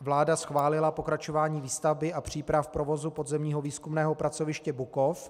Vláda schválila pokračování výstavby a příprav provozu podzemního výzkumného pracoviště Bukov.